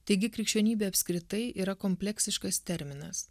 taigi krikščionybė apskritai yra kompleksiškas terminas